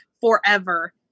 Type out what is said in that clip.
forever